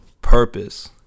Purpose